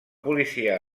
policia